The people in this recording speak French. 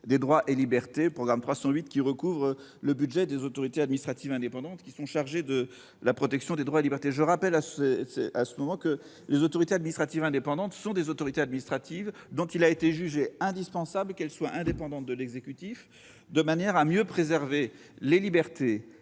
des droits et libertés », qui recouvre le budget des autorités administratives indépendantes chargées de la protection des droits et libertés. Je rappelle que les autorités administratives indépendantes sont des autorités administratives, dont il a été jugé indispensable qu'elles soient indépendantes de l'exécutif, de manière à mieux préserver les libertés